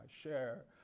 share